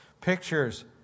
Pictures